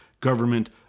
government